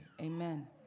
Amen